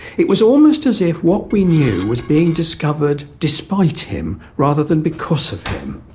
it was almost as if what we knew was being discovered despite him, rather than because of him.